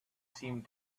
seemed